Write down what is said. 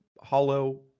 hollow